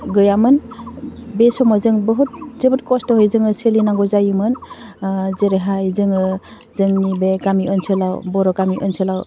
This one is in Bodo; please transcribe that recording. गैयामोन बे समाव जों बुहुत जोबोद खस्थ'यै जोङो सोलिनांगौ जायोमोन जेरैहाय जोङो जोंनि बे गामि ओनसोलाव बर' गामि ओनसोलाव